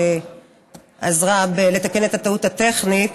שעזרה לתקן את הטעות הטכנית,